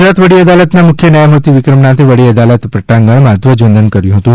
ગુજરાત વડી દાલતના મુખ્ય ન્યાયમૂર્તિ વિક્રમનાથે વડી દાલત પ્રટાંગણમાં ધ્વજવંદન કર્યું હતું